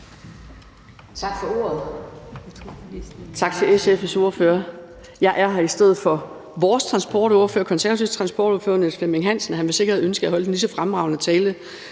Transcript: Tak for ordet.